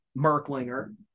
Merklinger